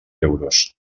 euros